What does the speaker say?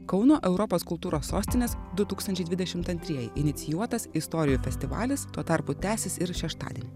kauno europos kultūros sostinės du tūkstančiai dvidešimt antrieji inicijuotas istorijų festivalis tuo tarpu tęsis ir šeštadienį